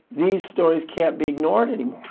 these stories can't be ignored anymore.